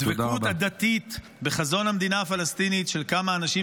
הדבקות הדתית בחזון המדינה הפלסטינית של כמה אנשים,